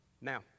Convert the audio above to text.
Now